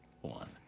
one